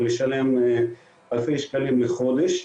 ולשלם אלפי שקלים לחודש,